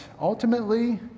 Ultimately